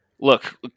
look